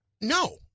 No